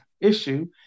issue